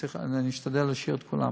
אני אשתדל להשאיר את כולם